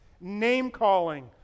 name-calling